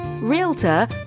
Realtor